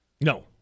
No